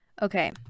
Okay